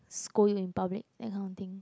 scold you in public that kind of thing